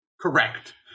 correct